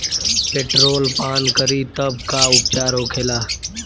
Petrol पान करी तब का उपचार होखेला?